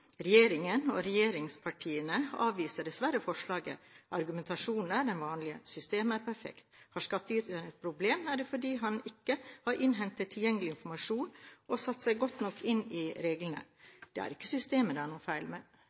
Regjeringen og regjeringspartiene avviser dessverre forslaget. Argumentasjonen er den vanlige: Systemet er perfekt. Har skattyter et problem, er det fordi han ikke har innhentet tilgjengelig informasjon og satt seg godt nok inn i reglene. Det er ikke systemet det er noe feil med.